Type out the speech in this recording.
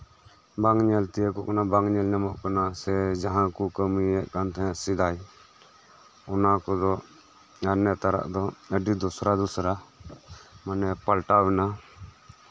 ᱵᱟᱝ ᱧᱮᱞ ᱛᱤᱭᱳᱜᱚᱜ ᱠᱟᱱᱟ ᱵᱟᱝ ᱧᱮᱞ ᱧᱟᱢᱚᱜ ᱠᱟᱱᱟ ᱥᱮ ᱡᱟᱦᱟᱸ ᱠᱚ ᱠᱟᱹᱢᱤᱭᱮᱫ ᱛᱟᱦᱮᱸᱫ ᱥᱮᱫᱟᱭ ᱚᱱᱟ ᱠᱚᱫᱚ ᱟᱨ ᱱᱮᱛᱟᱨᱟᱜ ᱫᱚ ᱟᱹᱰᱤ ᱫᱩᱥᱨᱟᱼᱫᱩᱥᱨᱟ ᱢᱟᱱᱮ ᱯᱟᱞᱴᱟᱣᱮᱱᱟ